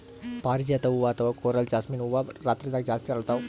ಪಾರಿಜಾತ ಹೂವಾ ಅಥವಾ ಕೊರಲ್ ಜಾಸ್ಮಿನ್ ಹೂವಾ ರಾತ್ರಿದಾಗ್ ಜಾಸ್ತಿ ಅರಳ್ತಾವ